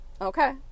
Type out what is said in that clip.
Okay